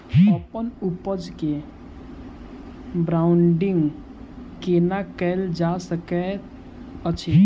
अप्पन उपज केँ ब्रांडिंग केना कैल जा सकैत अछि?